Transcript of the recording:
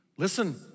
Listen